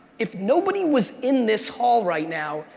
if nobody was in this hall right now,